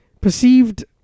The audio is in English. Perceived